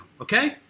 okay